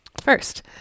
First